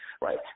right